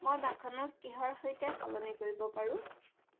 মই মাখনক কিহৰ সৈতে সলনি কৰিব পাৰোঁ